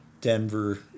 Denver